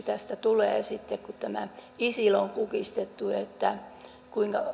tästä tulee sitten loppujen lopuksi kun tämä isil on kukistettu kuinka